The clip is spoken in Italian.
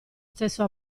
stesso